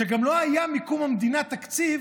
שמקום המדינה גם לא היה תקציב